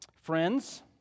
Friends